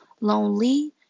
lonely